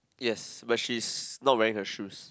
yes but she's not wearing her shoes